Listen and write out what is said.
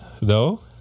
no